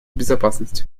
безопасности